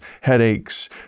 headaches